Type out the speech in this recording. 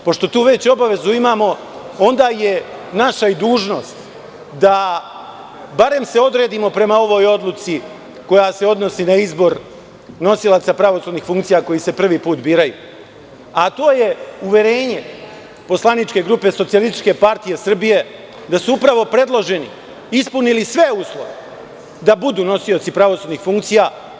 Pošto tu već obavezu imamo, onda je naša i dužnost da se barem odredimo prema ovoj odluci koja se odnosi na izbor nosilaca pravosudnih funkcija koji se prvi put biraju, a to je uverenje poslaničke grupe SPS da su upravo predloženi ispunili sve uslove da budu nosioci pravosudnih funkcija.